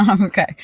Okay